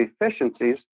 efficiencies